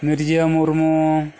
Mirza Murmu